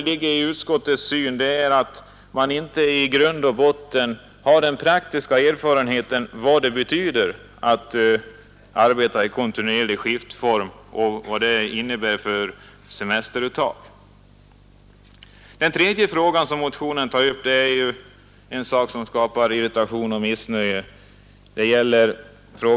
Att utskottet har denna uppfattning måste bero på att man inte har praktisk erfarenhet av vad det betyder att arbeta i kontinuerlig drift och vilka praktiska verkningar detta har på semesteruttag. Den tredje frågan som tagits upp i motionen gäller ränteinkomsterna, en fråga som skapar irritation och missnöje.